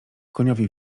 koniowi